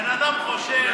בן אדם חושב,